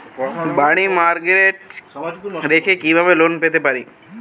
বাড়ি মর্টগেজ রেখে কিভাবে লোন পেতে পারি?